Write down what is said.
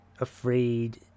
afraid